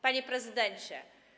Panie Prezydencie!